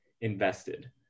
invested